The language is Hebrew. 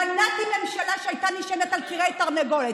מנעתי ממשלה שהייתה נשענת על כרעי תרנגולת,